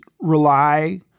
rely